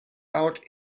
out